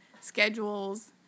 schedules